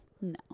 No